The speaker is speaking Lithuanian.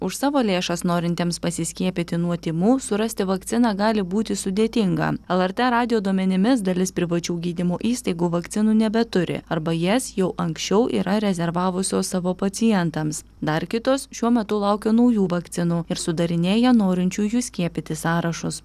už savo lėšas norintiems pasiskiepyti nuo tymų surasti vakciną gali būti sudėtinga lrt radijo duomenimis dalis privačių gydymo įstaigų vakcinų nebeturi arba jas jau anksčiau yra rezervavusios savo pacientams dar kitos šiuo metu laukia naujų vakcinų ir sudarinėja norinčiųjų skiepytis sąrašus